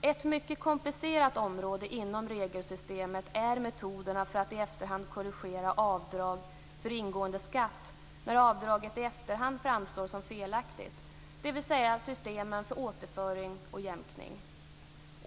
Ett mycket komplicerat område inom regelsystemet är metoderna för att i efterhand korrigera avdrag för ingående skatt när avdraget i efterhand framstår som felaktigt - dvs. systemen för återföring och jämkning.